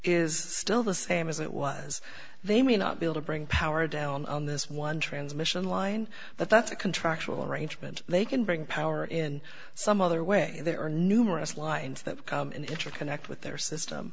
is still the same as it was they may not be able to bring power down on this one transmission line but that's a contractual arrangement they can bring power in some other way there are numerous lines that interconnect with their system